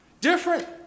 Different